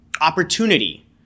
opportunity